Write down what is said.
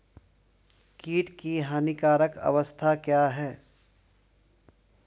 कीट की हानिकारक अवस्था क्या है?